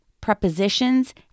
prepositions